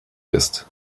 ist